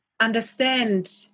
understand